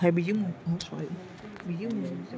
હવે બીજી મુ બીજી મુવી